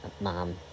mom